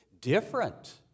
different